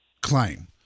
claim